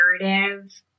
narrative